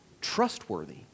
trustworthy